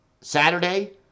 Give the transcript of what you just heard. Saturday